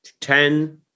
ten